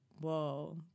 Whoa